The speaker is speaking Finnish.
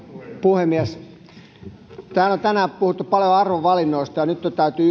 puhemies täällä on tänään puhuttu paljon arvovalinnoista ja nyt täytyy